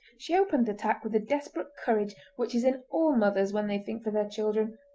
she opened the attack with the desperate courage which is in all mothers when they think for their children,